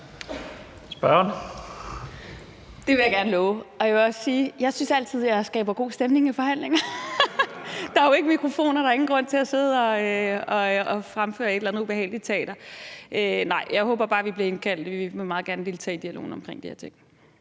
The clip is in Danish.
gerne love. Jeg vil også sige, at jeg synes, at jeg altid skaber god stemning i forhandlinger. (Munterhed). Der er jo ikke mikrofoner; der er ingen grund til at sidde og fremføre et eller andet ubehageligt teater. Jeg håber bare, at vi bliver indkaldt. Vi vil meget gerne deltage i dialogen omkring de her ting.